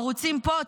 ערוצים פה,